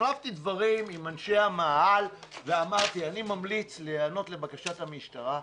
החלפתי דברים עם אנשי המאהל ואמרתי שאני ממליץ להיענות לבקשת המשטרה,